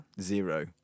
zero